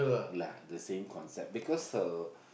like the same concept because her